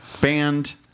band